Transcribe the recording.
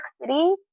City